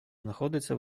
знаходиться